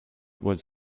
was